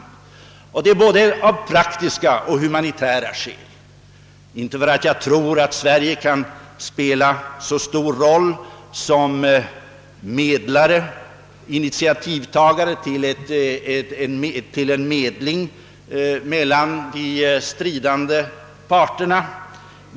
Inte för att jag tror att Sverige kan spela så stor roll som medlare eller som initiativtagare till en medling mellan de stridande parterna!